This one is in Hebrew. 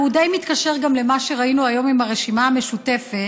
והוא די מתקשר גם למה שראינו היום עם הרשימה המשותפת.